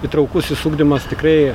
įtraukusis ugdymas tikrai